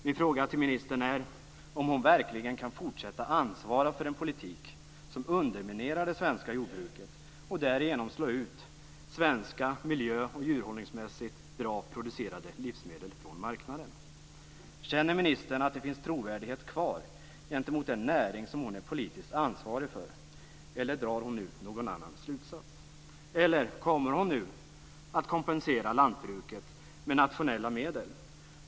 Min fråga till ministern är om hon verkligen kan fortsätta att ansvara för en politik som underminerar det svenska jordbruket och därigenom slå ut svenska miljö och djurhållningsmässigt bra producerade livsmedel från marknaden. Känner ministern att det finns trovärdighet kvar gentemot den näring som hon är politiskt ansvarig för, eller drar hon nu någon annan slutsats, eller kommer hon nu att kompensera lantbruket med nationella medel?